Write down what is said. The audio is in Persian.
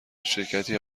شرکتی